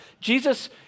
Jesus